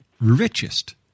richest